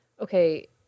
okay